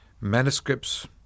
manuscripts